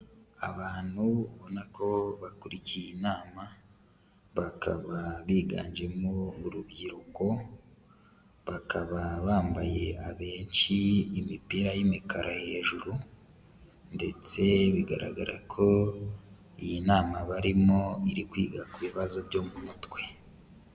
Abantu ubona ko bakurikiye inama, bakaba biganjemo urubyiruko, bakaba bambaye abenshi imipira y'imikara hejuru ndetse bigaragara ko iyi nama barimo iri kwigata ku bibazo byo mu mutwe.